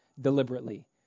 deliberately